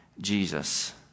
Jesus